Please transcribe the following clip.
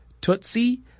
Tootsie